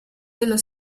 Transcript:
dello